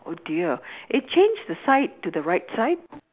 oh dear eh change the side to the right side